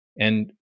And-